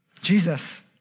Jesus